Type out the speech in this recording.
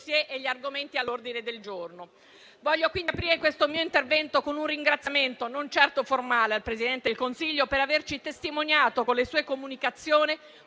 e gli argomenti all'ordine del giorno. Voglio quindi aprire questo mio intervento con un ringraziamento, non certo formale, al Presidente del Consiglio per averci testimoniato con le sue comunicazioni